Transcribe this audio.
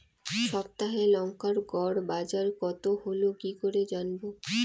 সপ্তাহে লংকার গড় বাজার কতো হলো কীকরে জানবো?